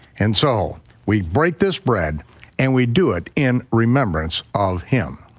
and so we break this bread and we do it in remembrance of him.